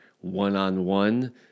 one-on-one